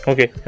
Okay